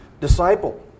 disciple